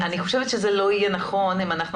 אני חושבת שזה לא יהיה נכון אם אנחנו